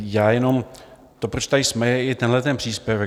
Já jenom to, proč tady jsme, je i tenhle příspěvek.